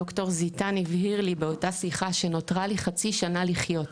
ד"ר זיתן הבהיר לי באותה שיחה שנותרה לי חצי שנה לחיות,